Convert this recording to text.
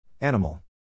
Animal